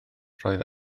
roedd